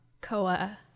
Koa